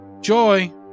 Joy